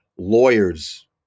Lawyers